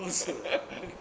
worse 是